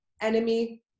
enemy